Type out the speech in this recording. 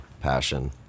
Passion